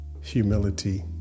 humility